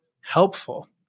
helpful